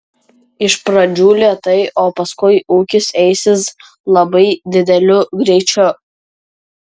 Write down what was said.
iš pradžių lėtai o paskui ūgis eisis labai dideliu greičiu